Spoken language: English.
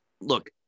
Look